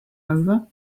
over